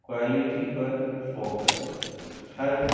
quality پر focus ہر